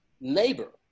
neighbor